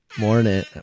Morning